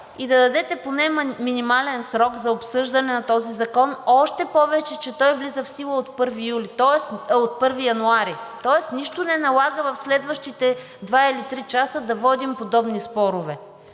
и да дадете поне минимален срок за обсъждане на този закон, още повече, че той влиза в сила от 1 януари. Тоест нищо не налага в следващите два или три часа да водим подобни спорове.